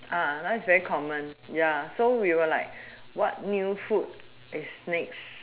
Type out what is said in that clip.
uh that is very common ya so I was like what new food is next